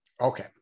Okay